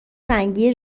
رنگی